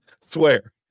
Swear